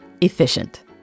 efficient